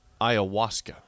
ayahuasca